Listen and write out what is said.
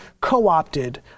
co-opted